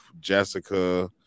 Jessica